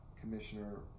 commissioner